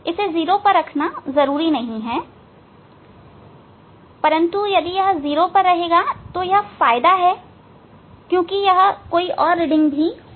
इसे 0 पर रखना आवश्यक नहीं है लेकिन यदि यह 0 पर रहेगा तो फायदा है यह कोई और रीडिंग भी हो सकती है